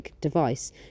device